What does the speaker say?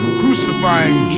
crucifying